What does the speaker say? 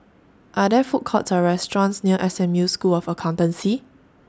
Are There Food Courts Or restaurants near S M U School of Accountancy